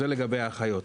זה לגבי האחיות.